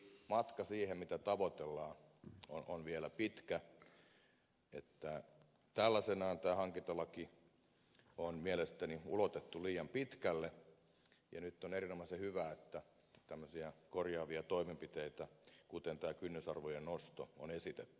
tietenkin matka siihen mitä tavoitellaan on vielä pitkä että tällaisenaan tämä hankintalaki on mielestäni ulotettu liian pitkälle ja nyt on erinomaisen hyvä että tämmöisiä korjaavia toimenpiteitä kuten tämä kynnysarvojen nosto on esitetty